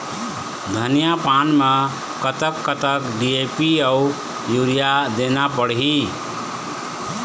धनिया पान मे कतक कतक डी.ए.पी अऊ यूरिया देना पड़ही?